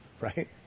right